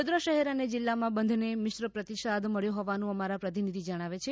વડોદરા શહેર અને જિલ્લામાં બંધને મિશ્ર પ્રતિસાદ મબ્યો હોવાનું અમારા પ્રતિનિધિ જણાવે છે